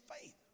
faith